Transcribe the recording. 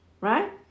right